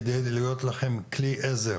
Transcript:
על מנת להיות לכם לכלי עזר